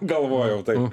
galvojau taip